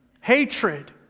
hatred